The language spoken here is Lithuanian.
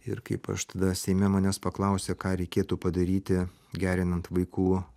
ir kaip aš tada seime manęs paklausė ką reikėtų padaryti gerinant vaikų